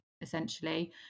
essentially